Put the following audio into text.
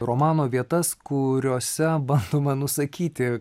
romano vietas kuriose bandoma nusakyti